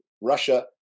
Russia